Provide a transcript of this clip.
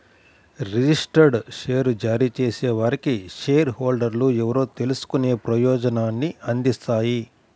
registered share జారీ చేసేవారికి share హోల్డర్లు ఎవరో తెలుసుకునే ప్రయోజనాన్ని అందిస్తాయి